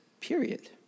period